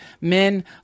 men